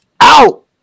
out